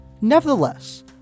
Nevertheless